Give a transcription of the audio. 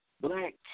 black